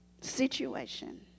situation